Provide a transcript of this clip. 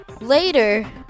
Later